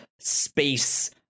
space